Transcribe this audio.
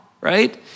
right